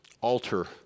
alter